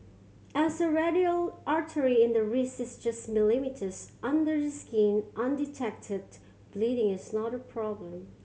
as the radial artery in the wrist is just millimetres under the skin undetected bleeding is not a problem